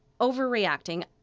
Overreacting